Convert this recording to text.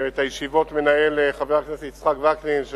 ואת הישיבות מנהל חבר הכנסת יצחק וקנין,